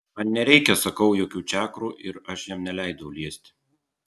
man nereikia sakau jokių čakrų ir aš jam neleidau liesti